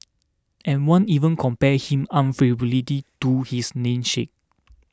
and one even compared him to his namesake